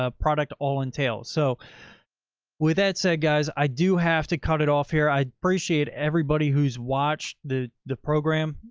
ah product all entails so with that said, guys, i do have to cut it off here. i appreciate everybody. who's watched the the program.